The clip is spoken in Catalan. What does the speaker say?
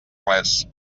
res